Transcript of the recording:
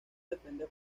depende